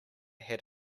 had